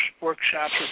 workshops